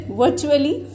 virtually